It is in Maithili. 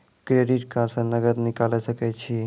क्रेडिट कार्ड से नगद निकाल सके छी?